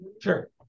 Sure